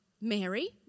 Mary